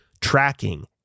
Tracking